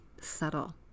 subtle